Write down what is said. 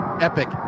Epic